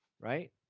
Right